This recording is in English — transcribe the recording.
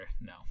No